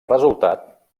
resultat